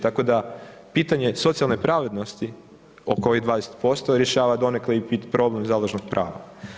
Tako da pitanje socijalne pravednosti oko ovih 20% rješava donekle i problem založnog prava.